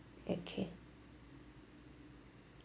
okay